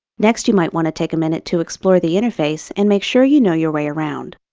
next you might want to take a minute to explore the interface, and make sure you know your way around.